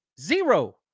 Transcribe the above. Zero